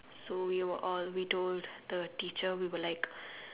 so we were all we told the teacher we were like